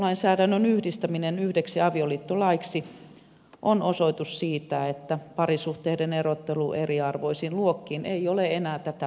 avioliittolainsäädännön yhdistäminen yhdeksi avioliittolaiksi on osoitus siitä että parisuhteiden erottelu eriarvoisiin luokkiin ei ole enää tätä päivää